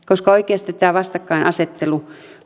koska oikeasti tämä vastakkainasettelu